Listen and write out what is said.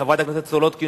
חברת הכנסת סולודקין,